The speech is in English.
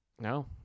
No